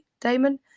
Damon